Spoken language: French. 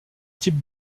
type